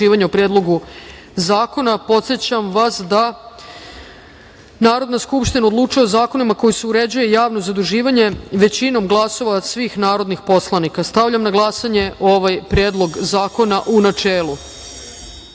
o Predlogu zakona, podsećam vas da Narodna skupština odlučuje o zakonima kojima se uređuje javno zaduživanje većinom glasova svih narodnih poslanika. Stavljam na glasanje ovaj Predlog zakona, u načelu. Molim